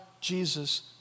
Jesus